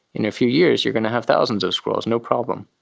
in a few years you're going to have thousands of squirrels. no problem.